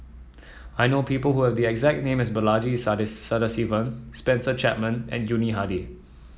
I know people who have the exact name as Balaji Sadasivan Spencer Chapman and Yuni Hadi